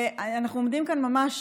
אנחנו עומדים כאן ממש,